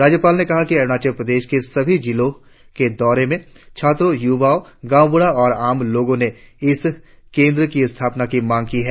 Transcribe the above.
राज्यपाल ने कहा कि अरुणाचल प्रदेश के सभी जिलों के दौरे में छात्रों युवाओं गांव बूढ़ा और आम लोगों ने इस केंद्र की स्थापना की मांग की है